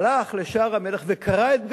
הלך לשער המלך וקרע את בגדיו.